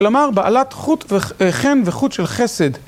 כלומר בעלת חוט של חן וחוט של חסד